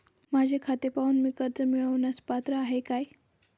माझे खाते पाहून मी कर्ज मिळवण्यास पात्र आहे काय?